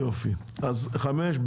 אחד.